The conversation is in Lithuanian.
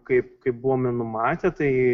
kaip kai buvome numatę tai